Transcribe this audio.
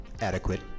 Adequate